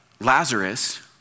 Lazarus